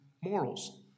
morals